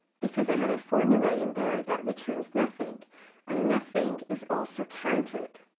because i have a formula in there that returns nothing and nothing is also counted,